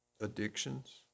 addictions